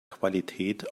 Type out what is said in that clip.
qualität